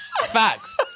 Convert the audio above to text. Facts